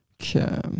Okay